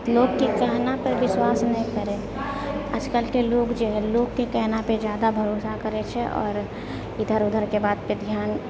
लोकके कहनापर विश्वास नहि करै आजकलके लोक जे हइ लोकके कहनापर ज्यादा भरोसा करै छै आओर इधर उधरके बातपर धिआन